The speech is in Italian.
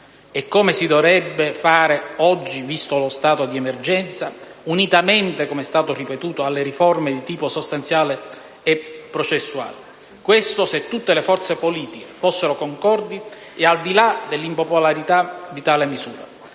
essere fatte anche oggi, visto lo stato di emergenza, unitamente, come è stato ripetuto, alle riforme di tipo sostanziale e processuale; questo se tutte le forze politiche fossero concordi, al di là dell'impopolarità di tale misura)